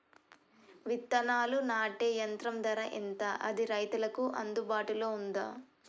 విత్తనాలు నాటే యంత్రం ధర ఎంత అది రైతులకు అందుబాటులో ఉందా?